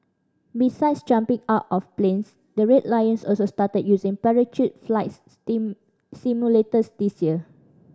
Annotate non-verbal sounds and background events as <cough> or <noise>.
besides jumping out of planes the Red Lions also started using parachute flights <unintelligible> simulators this year